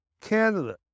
Canada